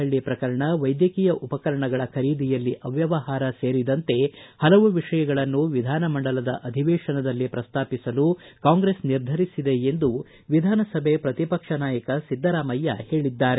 ಪಳ್ಳಿ ಪ್ರಕರಣ ವೈದ್ಯಕೀಯ ಉಪಕರಣಗಳ ಖರೀದಿಯಲ್ಲಿ ಅವ್ವವಹಾರ ಸೇರಿದಂತೆ ಹಲವು ವಿಷಯಗಳನ್ನು ವಿಧಾನಮಂಡಲದ ಅಧಿವೇಶನದಲ್ಲಿ ಪ್ರಸ್ತಾಪಿಸಲು ಕಾಂಗ್ರೆಸ್ ನಿರ್ಧರಿಸಿದೆ ಎಂದು ವಿಧಾನಸಭೆ ಪ್ರತಿಪಕ್ಷ ನಾಯಕ ಸಿದ್ದರಾಮಯ್ಯ ಹೇಳಿದ್ದಾರೆ